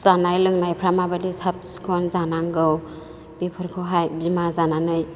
जानाय लोंनायफोरा माबायदि साफ सिखोन जानांगौ बेफोरखौहाय बिमा जानानै